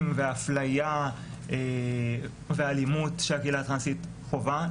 והאפליה והאלימות שהקהילה הטרנסית חווה.